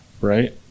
right